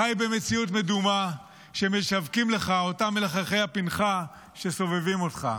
חי במציאות מדומה שמשווקים לך אותם מלחכי הפנכה שסובבים אותך.